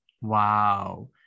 Wow